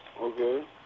Okay